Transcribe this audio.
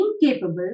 incapable